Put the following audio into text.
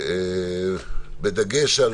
בדגש על